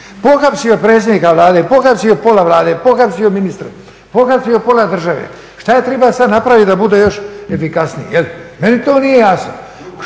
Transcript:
Pohapsio je predsjednika vlada, pohapsio je pola vlade, pohapsio ministre, pohapsio pola države, šta je triba sada napraviti da bude još efikasniji? Meni to nije jasno.